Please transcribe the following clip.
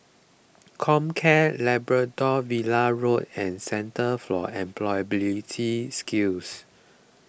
Comcare Labrador Villa Road and Centre for Employability Skills